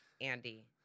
Andy